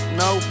no